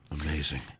Amazing